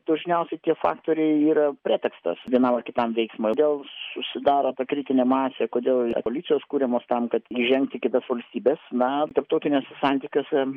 dažniausiai tie faktoriai yra pretekstas vienam ar kitam veiksmui todėl susidaro ta kritinė masė kodėl revoliucijos kuriamos tam kad įžengti į kitas valstybes na tarptautiniuose santykiuose